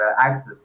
access